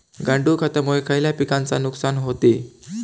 गांडूळ खतामुळे खयल्या पिकांचे नुकसान होते?